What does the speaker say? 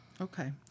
Okay